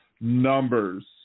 numbers